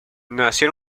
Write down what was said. nació